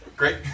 Great